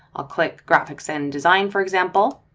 i'll click graphics and design for example.